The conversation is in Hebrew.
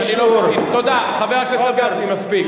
חבר הכנסת גפני, מספיק.